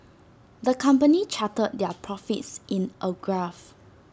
the company charted their profits in A graph